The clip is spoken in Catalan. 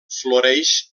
floreix